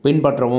பின்பற்றவும்